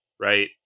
Right